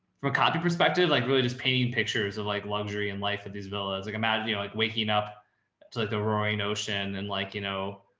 from a copy perspective, like really just painting pictures of like luxury and life at these villas. like imagine, you know, like waking up to like the roy and ocean and like, you know,